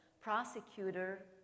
prosecutor